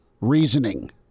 reasoning